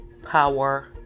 power